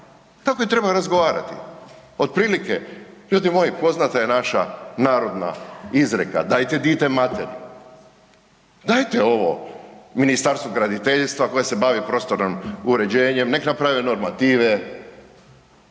tako i treba razgovarati otprilike. Ljudi moji, poznata je naša narodna izreka „dajte dite materi“, dajte ovo Ministarstvu graditeljstva koje se bavi prostornim uređenjem, nek naprave normative,